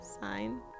sign